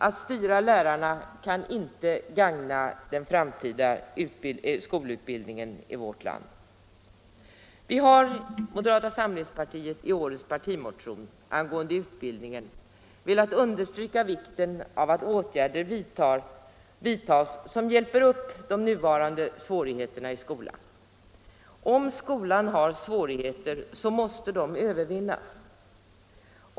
Att styra lärarna kan inte gagna den framtida skolutbildningen i vårt land. Moderata samlingspartiet har i årets partimotion angående utbildningen velat understryka vikten av att åtgärder vidtas som hjälper skolan i dess nuvarande situation. Om skolan har svårigheter måste de övervinnas.